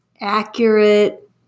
accurate